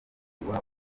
umukuru